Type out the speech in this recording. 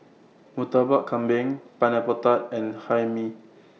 Murtabak Kambing Pineapple Tart and Hae Mee